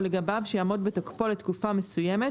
או לגביו שיעמוד בתוקפו לתקופה מסוימת,